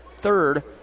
third